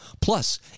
Plus